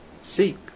seek